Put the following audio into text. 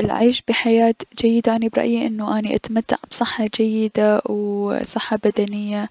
العيش حياة جيدة هي برأيي انو اتمتع بصحة جيدة و صحة بدنية